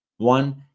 One